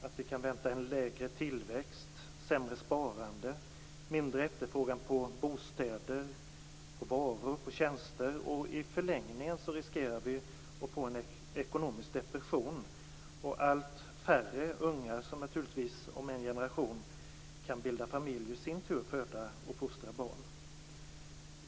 Vi kan vänta en lägre tillväxt, sämre sparande, mindre efterfrågan på bostäder, varor och tjänster. Och i förlängningen riskerar vi att få en ekonomisk depression och naturligtvis allt färre unga som om en generation kan bilda familj och i sin tur föda och fostra barn.